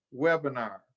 webinar